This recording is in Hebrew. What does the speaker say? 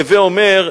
הווי אומר,